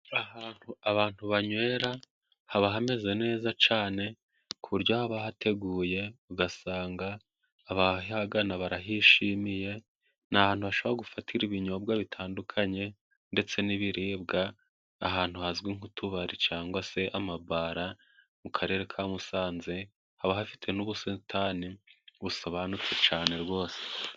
Ahantu abantu banywera haba hameze neza cyane, ku buryo bahateguye, ugasanga abahagana barahishimiye. Ni ahantu hashobora gufatirwa ibinyobwa bitandukanye, ndetse n'ibiribwa, ahantu hazwi nk'utubari cyangwa se amabara, mu karere ka Musanze, haba hafite n'ubusitani busobanutse cyane rwose.